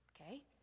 Okay